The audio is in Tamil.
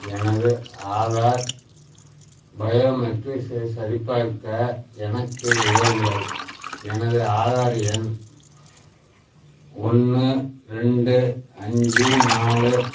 எனது ஆதார் பயோமெட்ரிக்ஸை சரிப்பார்க்க எனக்கு உதவுங்கள் எனது ஆதார் எண் ஒன்று ரெண்டு அஞ்சு நாலு